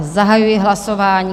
Zahajuji hlasování.